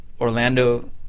Orlando